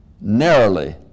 narrowly